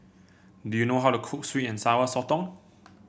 do you know how to cook sweet and Sour Sotong